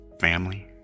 family